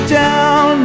down